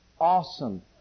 awesome